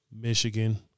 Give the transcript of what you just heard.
Michigan